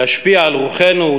להשפיע על רוחנו,